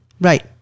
right